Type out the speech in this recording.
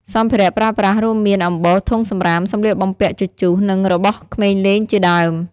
សម្ភារៈប្រើប្រាស រួមមាន អំបោស ធុងសំរាម សម្លៀកបំពាក់ជជុះ និងរបស់ក្មេងលេងជាដើម។